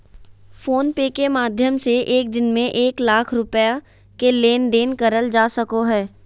phone पे के माध्यम से एक दिन में एक लाख रुपया के लेन देन करल जा सको हय